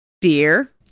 Dear